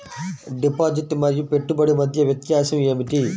Deposit మరియు పెట్టుబడి మధ్య వ్యత్యాసం ఏమిటీ?